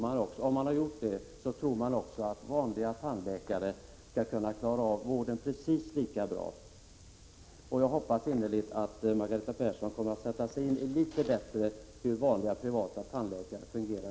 Har man gjort det tror man att tandläkare på den fria marknaden kan klara vården precis lika bra som de offentliganställda. Jag hoppas innerligt att Margareta Persson i framtiden litet bättre kommer att sätta sig in i hur vanliga privattandläkare fungerar.